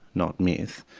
not myth.